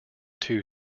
two